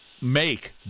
make